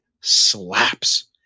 slaps